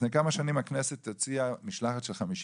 לפני כמה שנים הכנסת הוציאה משלחת של 50